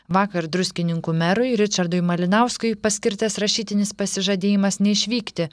vakar druskininkų merui ričardui malinauskui paskirtas rašytinis pasižadėjimas neišvykti